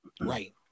Right